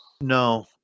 No